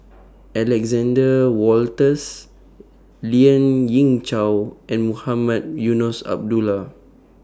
Alexander Wolters Lien Ying Chow and Mohamed Eunos Abdullah